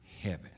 heaven